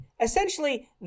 Essentially